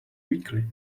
weakly